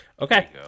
okay